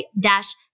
dash